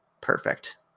Perfect